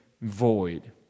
void